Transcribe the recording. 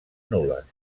nul·les